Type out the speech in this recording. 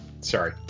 sorry